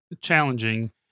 challenging